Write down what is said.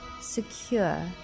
secure